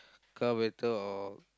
car better or